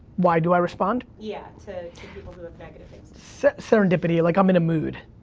why do i respond? yeah. to people who have negative things serendipity, like i'm in a mood.